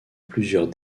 plusieurs